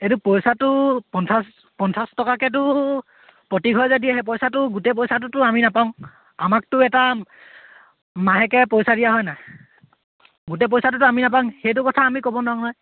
এইটো পইচাটো পঞ্চাছ পঞ্চাছ টকাকৈতো প্ৰতিঘৰে যে দিয়ে সেই পইচাটো গোটেই পইচাটোতো আমি নাপাওঁ আমাকতো এটা মাহেকে পইচা দিয়া হয় নে গোটেই পইচাটোতো আমি নাপাওঁ সেইটো কথা আমি ক'ব নোৱাৰোঁ নহয়